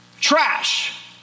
Trash